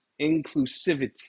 inclusivity